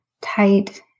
tight